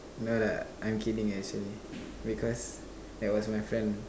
you know that I'm kidding actually because that was my friend